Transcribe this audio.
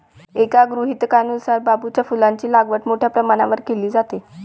एका गृहीतकानुसार बांबूच्या फुलांची लागवड मोठ्या प्रमाणावर केली जाते